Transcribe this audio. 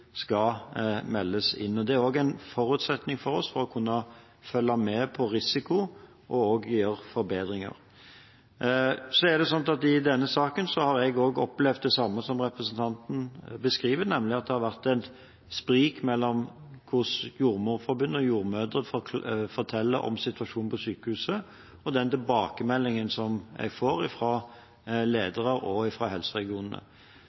skal meldes inn. Det er også en forutsetning for oss for å kunne følge med på risiko og å gjøre forbedringer. Så er det slik at i denne saken har jeg også opplevd det samme som representanten beskriver, nemlig at det har vært et sprik mellom Jordmorforbundet – og det jordmødre forteller om situasjonen på sykehuset – og den tilbakemeldingen jeg får fra ledere og fra helseregionene.